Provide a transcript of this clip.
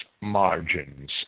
margins